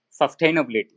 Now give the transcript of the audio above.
sustainability